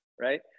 right